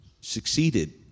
succeeded